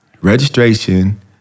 registration